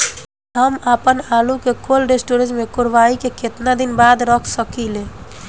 हम आपनआलू के कोल्ड स्टोरेज में कोराई के केतना दिन बाद रख साकिले?